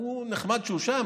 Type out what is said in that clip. נחמד שהוא שם,